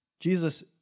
Jesus